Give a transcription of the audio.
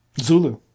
Zulu